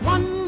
One